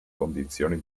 condizioni